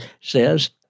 says